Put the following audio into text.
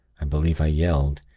i believe i yelled.